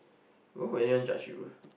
why would anyone judge you